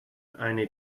eine